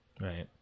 Right